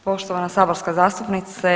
Poštovana saborska zastupnice.